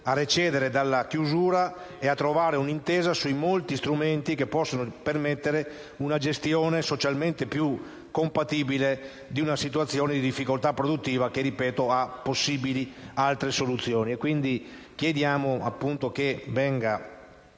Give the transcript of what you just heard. a recedere dalla chiusura e a trovare un'intesa sui molti strumenti che possono permettere una gestione socialmente più compatibile della situazione di difficoltà produttiva che, ripeto, può avere altre possibili